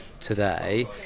today